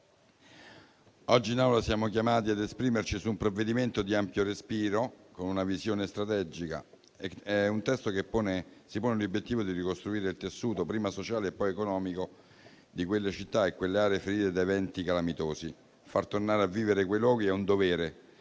oggi in Aula siamo chiamati ad esprimerci su un provvedimento di ampio respiro, con una visione strategica. È un testo che si pone l'obiettivo di ricostruire il tessuto prima sociale e poi economico delle città e delle aree ferite da eventi calamitosi. Far tornare a vivere quei luoghi è un dovere,